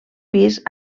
pis